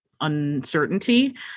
uncertainty